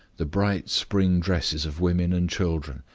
the bright spring dresses of women and children,